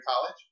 college